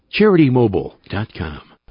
CharityMobile.com